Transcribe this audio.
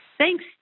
Thanks